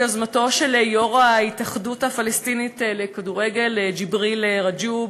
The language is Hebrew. ביוזמתו של יושב-ראש ההתאחדות הפלסטינית לכדורגל ג'יבריל רג'וב,